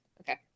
Okay